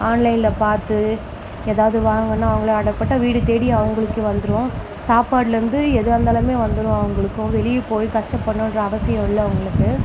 ஆன்லைன்ல பார்த்து ஏதாவது வாங்கணும்னால் அவங்களே ஆடர் போட்டு வீடு தேடி அவங்களுக்கே வந்துரும் சாப்பாடில் இருந்து எதுவாக இருந்தாலுமே வந்துரும் அவங்களுக்கு வெளிய போய் கஷ்டப்படணும்ன்ற அவசியம் இல்லை அவங்களுக்கு